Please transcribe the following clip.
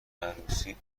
عروسی